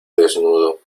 desnudo